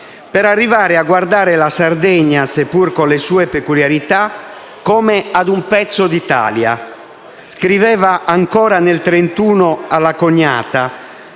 per arrivare a guardare la Sardegna, seppure con le sue peculiarità, come ad un pezzo d'Italia.